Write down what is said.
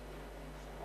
תמול,